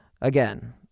again